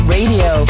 Radio